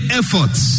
efforts